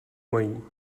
mají